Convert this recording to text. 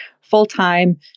full-time